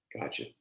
gotcha